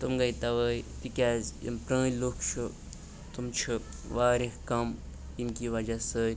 تِم گٔے تَوے تِکیازِ یِم پرٛٲنۍ لوٗکھ چھِ تِم چھِ واریاہ کَم ییٚمہِ کہِ وجہ سۭتۍ